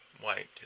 white